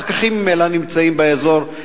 הפקחים ממילא נמצאים באזור,